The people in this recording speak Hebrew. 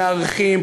מארחים,